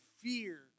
fear